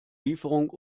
lieferung